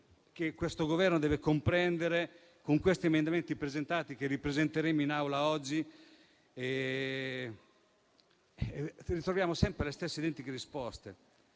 che questo Governo deve comprendere. A questi emendamenti, che ripresenteremo in Aula oggi, riceviamo, però, sempre le stesse identiche risposte.